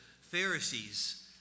Pharisees